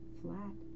flat